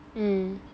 mm